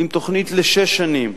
עם תוכנית לשש שנים,